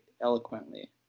eloquently